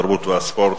התרבות והספורט,